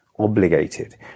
obligated